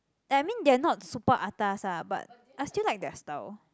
I mean they are not super atas ah but I still like their style